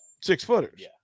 six-footers